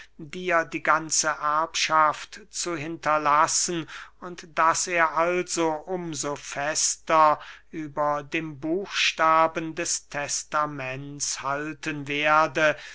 dir die ganze erbschaft zu hinterlassen und daß er also um so fester über dem buchstaben des testaments halten werde